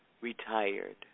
retired